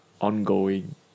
ongoing